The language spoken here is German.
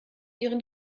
ihren